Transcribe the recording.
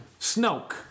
Snoke